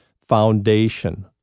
foundation